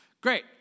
Great